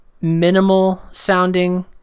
minimal-sounding